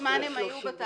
כמה זמן הם היו בתהליך?